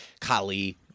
Kali